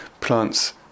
plants